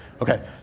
Okay